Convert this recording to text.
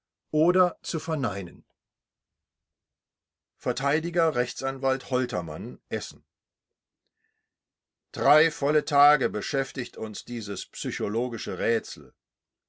oder zu verneinen verteidiger rechtsanwalt holtermann essen drei volle tage beschäftigt uns dies psychologische rätsel